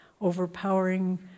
overpowering